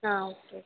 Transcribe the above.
ஆ okay